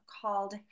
called